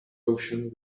ocean